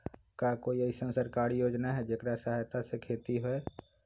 का कोई अईसन सरकारी योजना है जेकरा सहायता से खेती होय?